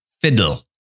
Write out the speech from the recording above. fiddle